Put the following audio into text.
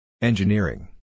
Engineering